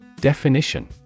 Definition